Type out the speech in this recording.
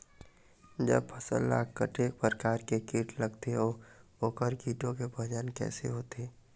जब फसल ला कतेक प्रकार के कीट लगथे अऊ ओकर कीटों के पहचान कैसे होथे?